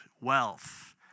wealth